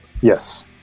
Yes